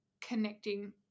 connecting